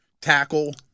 Tackle